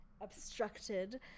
obstructed